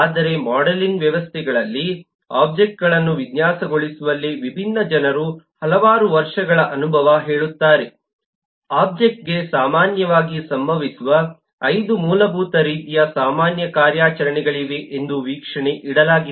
ಆದರೆ ಮೋಡೆಲಿಂಗ್ ವ್ಯವಸ್ಥೆಗಳಲ್ಲಿ ಒಬ್ಜೆಕ್ಟ್ಗಳನ್ನು ವಿನ್ಯಾಸಗೊಳಿಸುವಲ್ಲಿ ವಿಭಿನ್ನ ಜನರು ಹಲವಾರು ವರ್ಷಗಳ ಅನುಭವ ಹೇಳುತ್ತಾರೆ ಒಬ್ಜೆಕ್ಟ್ಗೆ ಸಾಮಾನ್ಯವಾಗಿ ಸಂಭವಿಸುವ 5 ಮೂಲಭೂತ ರೀತಿಯ ಸಾಮಾನ್ಯ ಕಾರ್ಯಾಚರಣೆಗಳಿವೆ ಎಂದು ವೀಕ್ಷಣೆಗೆ ಇಡಲಾಗಿದೆ